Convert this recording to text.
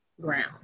ground